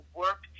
work